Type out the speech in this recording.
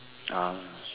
ah